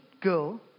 girl